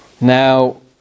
Now